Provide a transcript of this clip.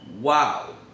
Wow